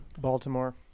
Baltimore